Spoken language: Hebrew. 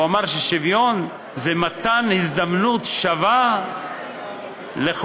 הוא אמר ששוויון זה מתן הזדמנות שווה לכולם.